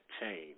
change